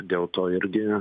dėl to irgi